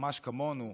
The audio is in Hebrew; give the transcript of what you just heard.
ממש כמונו,